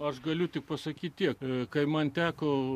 aš galiu tik pasakyti tiek kai man teko